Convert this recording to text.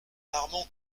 marmont